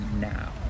now